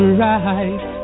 right